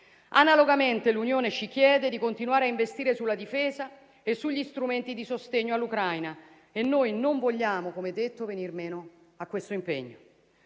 Analogamente, l'Unione ci chiede di continuare a investire sulla difesa e sugli strumenti di sostegno all'Ucraina e noi non vogliamo, come detto, venir meno a questo impegno.